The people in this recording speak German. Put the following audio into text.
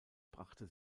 brachte